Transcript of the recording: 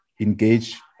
engage